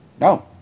No